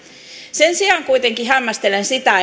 sen sijaan kuitenkin hämmästelen sitä